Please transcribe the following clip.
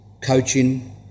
Coaching